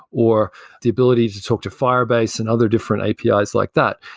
or the ability to talk to firebase and other different apis ah like that.